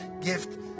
gift